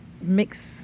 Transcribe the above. mix